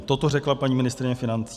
Toto řekla paní ministryně financí.